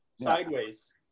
sideways